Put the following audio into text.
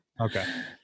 Okay